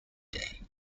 day